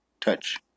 touch